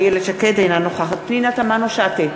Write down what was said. אינה נוכחת פנינה תמנו-שטה,